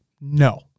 No